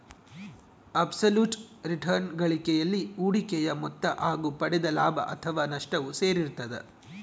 abs ಲುಟ್ return ಗಳಿಕೆಯಲ್ಲಿ ಹೂಡಿಕೆಯ ಮೊತ್ತ ಹಾಗು ಪಡೆದ ಲಾಭ ಅಥಾವ ನಷ್ಟವು ಸೇರಿರ್ತದ